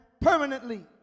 permanently